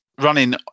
running